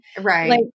Right